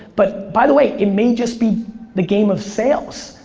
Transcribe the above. but by the way, it may just be the game of sales.